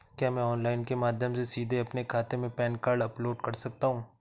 क्या मैं ऑनलाइन के माध्यम से सीधे अपने खाते में पैन कार्ड अपलोड कर सकता हूँ?